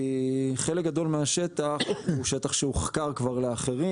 כי חלק גדול מהשטח הוא שטח שהוחכר כבר לאחרים.